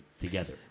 together